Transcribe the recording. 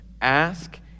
Ask